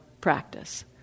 practice